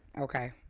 Okay